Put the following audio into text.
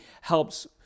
helps